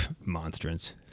monstrance